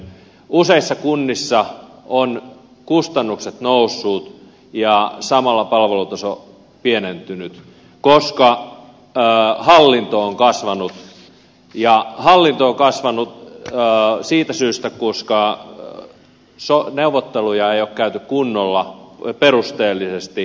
useissa kunnissa ovat kustannukset nousseet ja samalla palvelutaso pienentynyt koska hallinto on kasvanut ja hallinto on kasvanut siitä syystä koska neuvotteluja ei ole käyty perusteellisesti